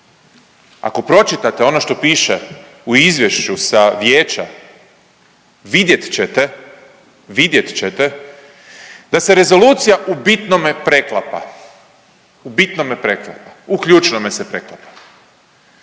ako pročitate ono što piše u izvješću sa Vijeća, vidjet ćete, vidjet ćete da se rezolucija u bitnome preklapa, u bitnome preklapa, u ključnome se preklapa.